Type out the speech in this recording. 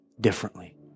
differently